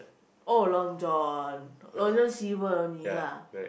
oh Long John Long John Silver only lah